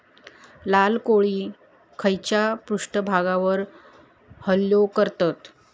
लाल कोळी खैच्या पृष्ठभागावर हल्लो करतत?